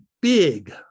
big